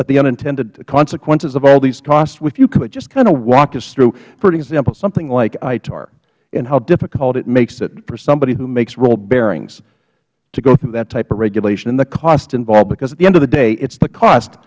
of the unintended consequences of all these costs if you could just kind of walk us through for an example something like itar and how difficult it makes it for somebody who makes roll bearings to go through that type of regulation and the cost involved because at the end of the day it is the cost